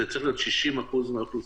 זה צריך להיות 60% מהאוכלוסייה,